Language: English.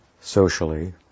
socially